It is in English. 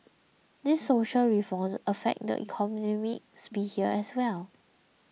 these social reforms affect the economic sphere as well